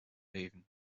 leven